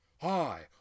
Hi